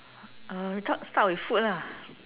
uh talk start with food lah